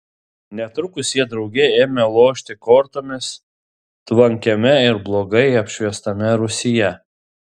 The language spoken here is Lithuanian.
netrukus jie drauge ėmė lošti kortomis tvankiame ir blogai apšviestame rūsyje